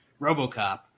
RoboCop